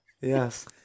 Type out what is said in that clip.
Yes